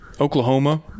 oklahoma